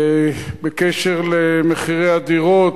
בהקשר של מחירי הדירות,